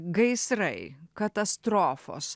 gaisrai katastrofos